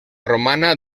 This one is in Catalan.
romana